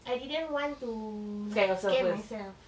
I didn't want to like scare myself